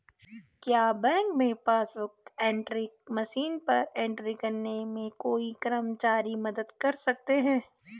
क्या बैंक में passbook book entry machine पर एंट्री करने में कोई कर्मचारी मदद कर सकते हैं?